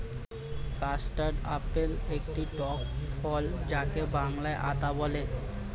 custard apple একটি টক ফল যাকে বাংলায় আতা বলে